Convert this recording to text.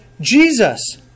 Jesus